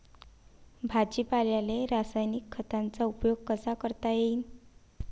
भाजीपाल्याले रासायनिक खतांचा उपयोग कसा करता येईन?